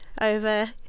over